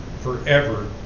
forever